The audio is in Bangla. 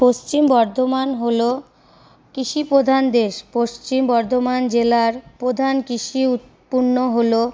পশ্চিম বর্ধমান হল কৃষি প্রধান দেশ পশ্চিম বর্ধমান জেলার প্রধান কৃষি উৎপন্ন হল